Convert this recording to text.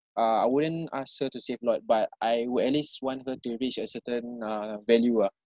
uh I wouldn't ask her to save a lot but I would at least want her to reach a certain uh value ah